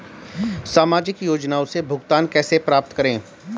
सामाजिक योजनाओं से भुगतान कैसे प्राप्त करें?